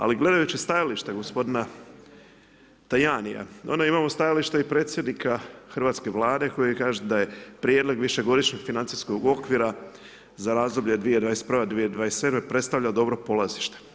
Ali gledajući stajalište gospodina Tajanija, onda imamo i stajalište predsjednika hrvatske Vlade koji kaže da je prijedlog višegodišnjeg financijskog okvira za razdoblje 2021.,… [[Govornik se ne razumije]] predstavlja dobro polazišta.